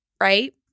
Right